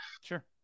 Sure